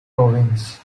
province